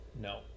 No